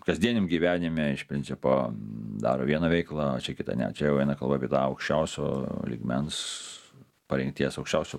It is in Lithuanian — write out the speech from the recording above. kasdieniam gyvenime iš principo daro vieną veiklą o čia kitą ne čia jau eina kalba apie tą aukščiausio lygmens parengties aukščiausio